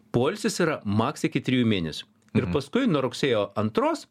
poilsis yra maks iki trijų mėnesių ir paskui nuo rugsėjo antros